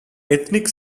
ethnic